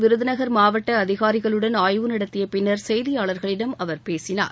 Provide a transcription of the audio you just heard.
விருதுநகர் மாவட்ட அதிகாரிகளுடன் ஆய்வு நடத்திய பின்னர் செய்தியாளர்களிடம் பேசிய அவர் பேசினர்